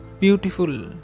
beautiful